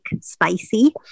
spicy